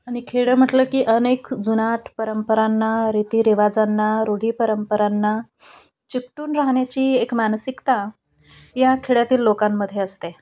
आणि खेडं म्हटलं की अनेक जुनाट परंपरांना रीतीरिवाजांना रूढी परंपरांना चिकटून राहण्याची एक मानसिकता या खेड्यातील लोकांमध्ये असते